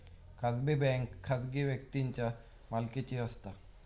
खाजगी बँक खाजगी व्यक्तींच्या मालकीची असता